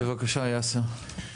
בבקשה, יאסר.